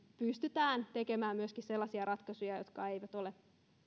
pystytään tekemään myöskin sellaisia ratkaisuja jotka eivät ole